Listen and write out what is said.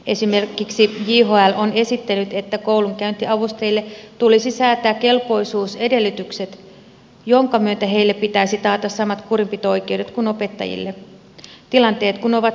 esimerkiksi jhl on esittänyt että koulunkäyntiavustajille tulisi säätää kelpoisuusedellytykset joiden myötä heille pitäisi taata samat kurinpito oikeudet kuin opettajille tilanteet kun ovat samat